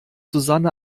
susanne